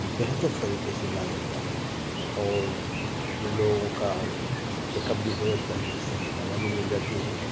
بہتر طریقے سے علاج ہوتا ہے اور لوگوں کا چیکپ بھی ہو جاتا ہے صحیح دوا بھی مل جاتی ہے